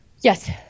Yes